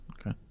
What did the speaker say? Okay